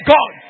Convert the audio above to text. God